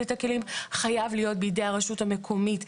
את הכלים חייב להיות בידי הרשות המקומית.